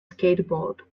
skateboard